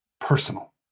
personal